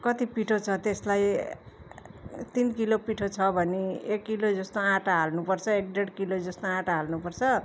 कति पिठो छ त्यसलाई तिन किलो पिठो छ भने एक किलो जस्तो आँटा हाल्नुपर्छ एक डेढ किलो जस्तो आँटा हाल्नुपर्छ